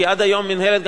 כי עד היום המינהלת,